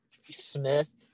smith